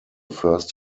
first